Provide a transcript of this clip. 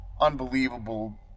unbelievable